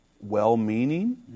well-meaning